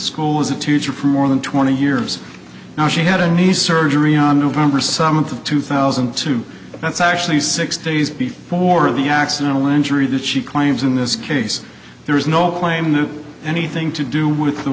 school as a tutor for more than twenty years now she had a nice surgery on november seventh of two thousand and two that's actually six days before the accidental injury that she claims in this case there is no claim that anything to do with the